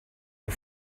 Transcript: der